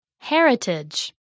Heritage